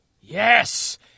Yes